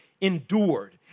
endured